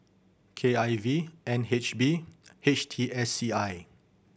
K I V N H B H T S C I